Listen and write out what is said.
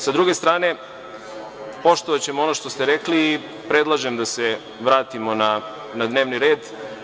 Sa druge strane, poštovaćemo ono što ste rekli i predlažem da se vratimo na dnevni red.